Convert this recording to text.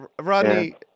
Rodney